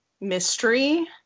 mystery